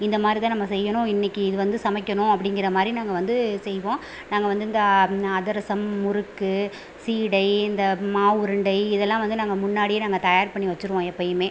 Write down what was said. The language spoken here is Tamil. இந்தமாதிரிதான் நம்ம செய்யணும் இன்னைக்கி இது வந்து சமைக்கணும் அப்டிங்கிறமாதிரி நாங்கள் வந்து செய்வோம் நாங்கள் வந்து இந்த அதிரசம் முறுக்கு சீடை இந்த மாவு உருண்டை இதெலாம் வந்து நாங்கள் முன்னாடியே நாங்கள் தயார் பண்ணி வச்சிடுவோம் எப்பவுமே